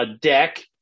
deck